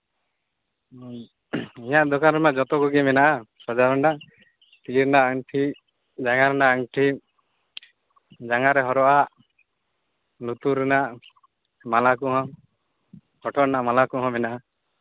ᱚᱻ ᱤᱧᱟᱹᱜ ᱫᱚᱠᱟᱱ ᱨᱮᱱᱟᱜ ᱡᱚᱛᱚ ᱠᱚᱜᱮ ᱢᱮᱱᱟᱜᱼᱟ ᱥᱟᱡᱟᱣ ᱨᱮᱱᱟᱜ ᱤᱭᱟᱹ ᱨᱮᱱᱟᱜ ᱟᱝᱴᱷᱤ ᱡᱟᱸᱜᱟ ᱨᱮᱱᱟᱜ ᱟᱝᱴᱷᱤ ᱡᱟᱝᱜᱟ ᱨᱮ ᱦᱚᱨᱚᱜᱼᱟᱜ ᱞᱩᱛᱩᱨ ᱨᱮᱱᱟᱜ ᱢᱟᱞᱟ ᱠᱚ ᱦᱚᱴᱚᱜ ᱨᱮᱱᱟᱜ ᱢᱟᱞᱟ ᱠᱚᱦᱚᱸ ᱢᱮᱱᱟᱜᱼᱟ